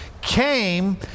came